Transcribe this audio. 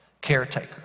caretaker